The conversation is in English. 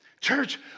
Church